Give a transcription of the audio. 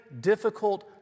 difficult